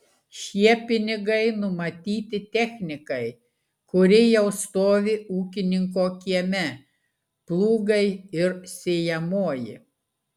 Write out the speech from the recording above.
šie pinigai numatyti technikai kuri jau stovi ūkininko kieme plūgai ir sėjamoji